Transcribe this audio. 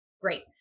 Great